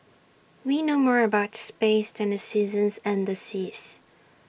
we know more about space than the seasons and the seas